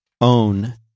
own